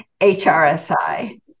HRSI